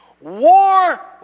War